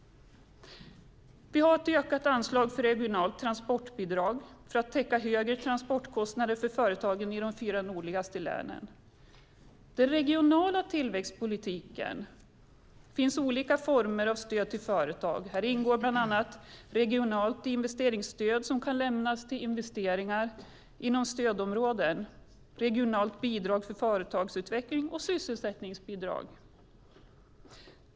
Vi har ett ökat anslag för regionalt transportbidrag för att täcka högre transportkostnader för företag i de fyra nordligaste länen. I den regionala tillväxtpolitiken finns olika former av stöd till företag. Här ingår bland annat regionalt investeringsstöd som kan lämnas till investeringar inom stödområden, regionalt bidrag till företagsutveckling och sysselsättningsbidrag.